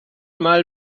mal